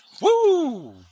Woo